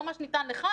לא מה שניתן לך,